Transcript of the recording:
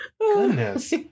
goodness